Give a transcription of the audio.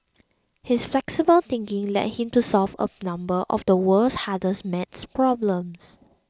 his flexible thinking led him to solve a number of the world's hardest maths problems